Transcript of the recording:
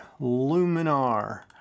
Luminar